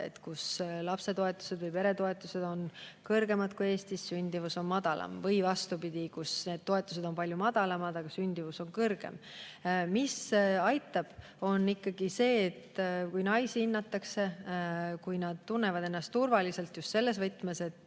kus lapsetoetused või peretoetused on kõrgemad kui Eestis, aga sündimus on madalam. Või vastupidi, kus need toetused on palju madalamad, aga sündimus on kõrgem. Mis aitab, on ikkagi see, kui naisi hinnatakse. Kui nad tunnevad ennast turvaliselt just selles võtmes, et